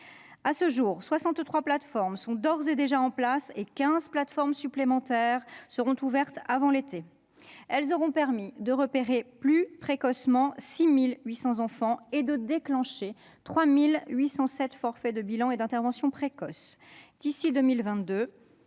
À ce jour, 63 plateformes sont d'ores et déjà en place et 15 plateformes supplémentaires seront ouvertes avant l'été. Elles auront permis de repérer plus précocement 6 800 enfants et de déclencher 3 807 forfaits de bilan et d'intervention précoce. D'ici 2022,